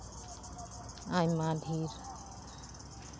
ᱟᱭᱢᱟ ᱰᱷᱮᱨ